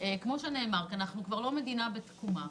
כמו שאמר חבר הכנסת שיין: אנחנו כבר לא מדינה בשלבי הקמה,